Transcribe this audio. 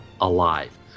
alive